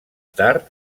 tard